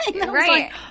Right